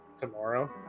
tomorrow